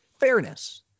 Fairness